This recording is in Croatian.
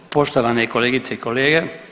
Poštovane kolegice i kolege.